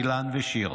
אילן ושיר.